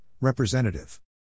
representative